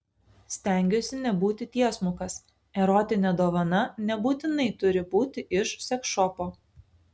stengiuosi nebūti tiesmukas erotinė dovana nebūtinai turi būti iš seksšopo